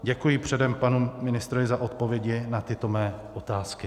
Děkuji předem panu ministrovi za odpovědi na tyto mé otázky.